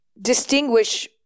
distinguish